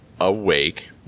awake